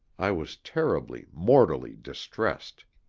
i was terribly, mortally distressed.